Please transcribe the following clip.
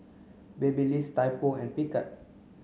Babyliss Typo and Picard